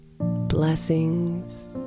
Blessings